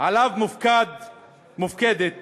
שעליו מופקדת